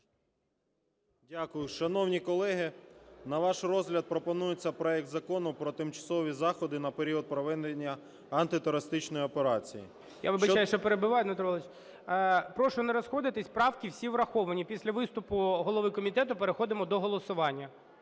Дякую. Шановні колеги, на ваш розгляд пропонується проект Закону про тимчасові заходи на період проведення антитерористичної операції… ГОЛОВУЮЧИЙ. Я вибачаюсь, що перебиваю, Дмитро Валерійович. Прошу не розходитись, правки всі враховані, після виступу голови комітету переходимо до голосування.